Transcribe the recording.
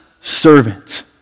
servant